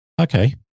Okay